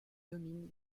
dominent